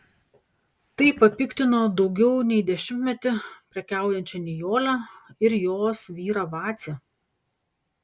tai papiktino daugiau nei dešimtmetį prekiaujančią nijolę ir jos vyrą vacį